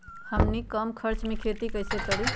हमनी कम खर्च मे खेती कई से करी?